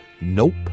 Nope